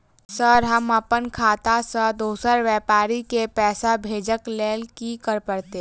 Sir हम अप्पन खाता सऽ दोसर व्यापारी केँ पैसा भेजक लेल की करऽ पड़तै?